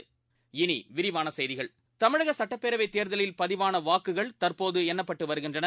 இனி விரிவான செய்திகள் தமிழக சட்டப்பேரவை தேர்தலில் பதிவான வாக்குகள் தற்போது எண்ணப்பட்டு வருகின்றன